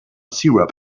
syrup